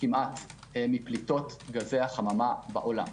כמעט מפליטות גזי החממה בעולם.